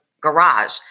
garage